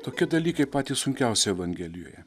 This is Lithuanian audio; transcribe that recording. tokie dalykai patys sunkiausi evangelijoje